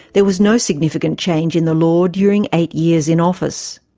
there was no significant change in the law during eight years in office.